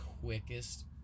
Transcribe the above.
quickest